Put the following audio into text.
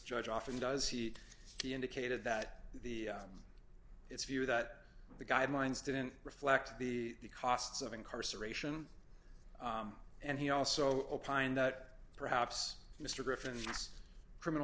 judge often does he he indicated that the it's view that the guidelines didn't reflect the costs of incarceration and he also opined that perhaps mr griffin yes criminal